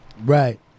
Right